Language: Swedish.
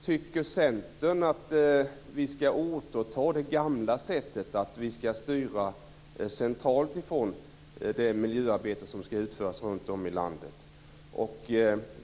Tycker Centern att vi ska återta det gamla sättet, att vi från centralt håll ska styra det miljöarbete som ska utföras runt om i landet?